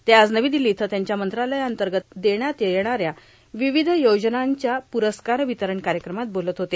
ते आज नवी दिल्ली इथं त्यांच्या मंत्रालयांतर्गत देण्यात येणाऱ्या विविध योजनांच्या पुरस्कार वितरण कार्यक्रमात बोलत होते